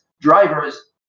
drivers